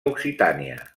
occitània